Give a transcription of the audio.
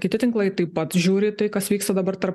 kiti tinklai taip pat žiūri į tai kas vyksta dabar tarp